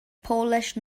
polish